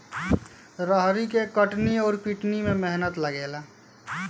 रहरी के कटनी अउर पिटानी में मेहनत लागेला